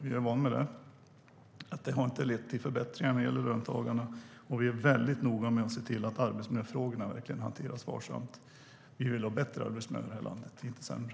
Vi är vana vid att de inte har lett till förbättringar för löntagarna. Vi är noga med att se till att arbetsmiljöfrågorna verkligen hanteras varsamt. Vi vill ha en bättre arbetsmiljö i landet, inte sämre.